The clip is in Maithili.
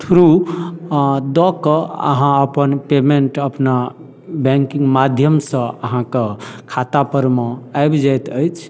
थ्रू दऽ कऽ अहाँ अपन पेमेन्ट अपना बैंकिंग माध्यमसँ अहाँके खाता परमे आबि जाइत अछि